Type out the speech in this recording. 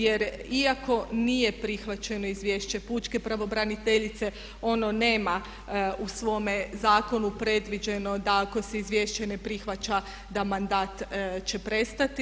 Jer iako nije prihvaćeno izvješće pučke pravobraniteljice ono nema u svome zakonu predviđeno da ako se izvješće ne prihvaća da mandat će prestati.